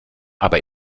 aber